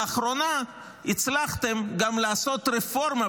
לאחרונה הצלחתם גם לעשות "רפורמה"